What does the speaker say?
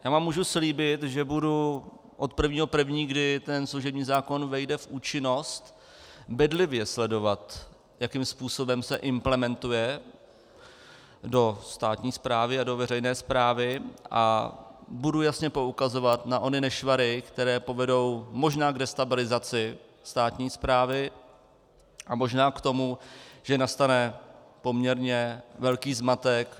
Já vám můžu slíbit, že budu od 1. 1., kdy služební zákon vejde v účinnost, bedlivě sledovat, jakým způsobem se implementuje do státní správy a do veřejné správy, a budu jasně poukazovat na ony nešvary, které povedou možná k destabilizaci státní správy a možná k tomu, že nastane poměrně velký zmatek.